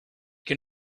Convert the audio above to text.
can